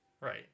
Right